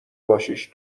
باشیش